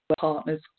partners